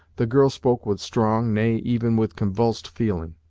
the girl spoke with strong, nay, even with convulsed feeling,